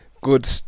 good